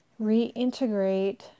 reintegrate